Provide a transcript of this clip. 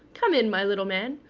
come in, my little man.